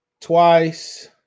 twice